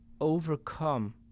overcome